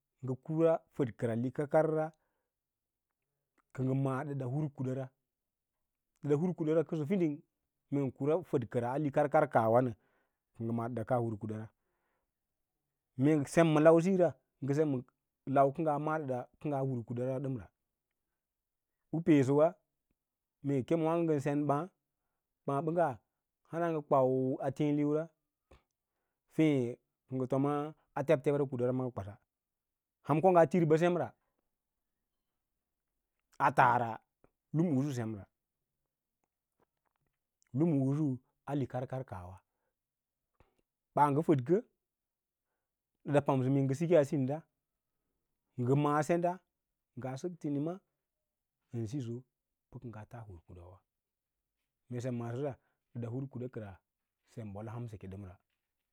Ngə kura fəd kəra likarkav ra kə ngə ma’aꞌ dəda hurkudara dəda hur kudara kənsofiding mee ngə kura fəd kəra a likarkav kaahwa nə kə ngə ma’ǎ dəda kaa hurkuda ra, mee ngə sem ma lausiyi ra ngə sem ma lau kə ngaa ma’ǎ ɗəɗa hur ku dawayara u peesəwa mee kem waãgo ngən sen ɓǎǎ, ɓǎǎ ɓəngga hana ngə kavau a těě liurs fěě kə ngə fomaa tebtebra kundara maaga lwasa, ham ko ngaa tiri ɓa semre, a taare lumuꞌusu semra lumu usu a likarkar kaahwa ɓaa ngə fədkə ɗəɗa pamsə mee ngə sikaa sinɗa ngə masenɗa ngə sək tinima ma siyo u kə ngaa taa hurkudawawa mee sem maasora ɗəda hurkudakəra sem ɓol a hausəka ɗəm.